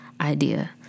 idea